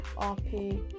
RP